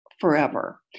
forever